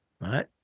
right